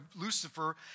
Lucifer